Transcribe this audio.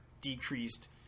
decreased